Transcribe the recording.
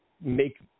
make